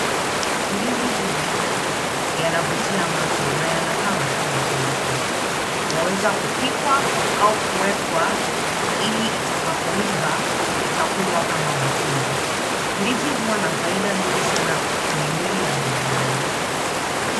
Ndizi hizi yanavutia macho na yanakaa matamu tena sana. Yaweza kupikwa au kuwekwa ili itakapoiva itakulwa kama matunda. Ndizi huwa na faida mingi sana kwenye mwili ya binadamu.